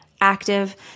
active